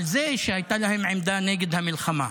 על זה שהייתה להן עמדה נגד המלחמה